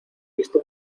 visto